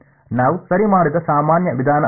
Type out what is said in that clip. ನಾವು ಸರಿ ಮಾಡಿದ ಸಾಮಾನ್ಯ ವಿಧಾನ ಅದು